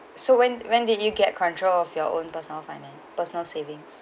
so when when did you get control of your own personal finance personal savings